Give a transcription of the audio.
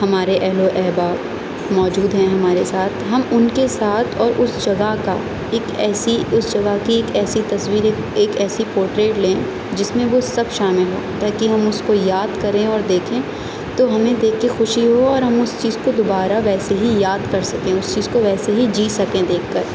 ہمارے اہل و احباب موجود ہیں ہمارے ساتھ ہم ان کے ساتھ اور اس جگہ کا ایک ایسی اس جگہ کی ایک ایسی تصویریں ایک ایسی پورٹریٹ لیں جس میں وہ سب شامل ہوں تاکہ ہم اس کو یاد کریں اور دیکھیں تو ہمیں دیکھ کے خوشی ہو اور ہم اس چیز کو دوبارہ ویسے ہی یاد کر سکیں اس چیز کو ویسے ہی جی سکیں دیکھ کر